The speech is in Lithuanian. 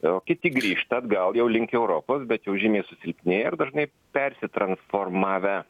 o kiti grįžta atgal jau link europos bet jau žymiai susilpnėję ir dažnai persitransformavę